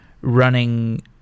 running